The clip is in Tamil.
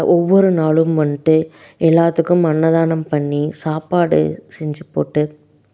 ஒவ்வொரு நாளும் வந்துட்டு எல்லாத்துக்கும் அன்னதானம் பண்ணி சாப்பாடு செஞ்சு போட்டு